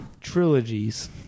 trilogies